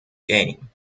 game